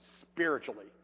spiritually